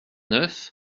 neuf